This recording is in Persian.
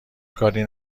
کاری